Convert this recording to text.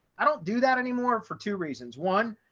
i don't do that anymore for two reasons. one,